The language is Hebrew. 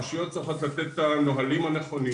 הרשויות צריכות לתת את הנהלים הנכונים.